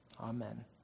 Amen